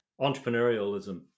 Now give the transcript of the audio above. entrepreneurialism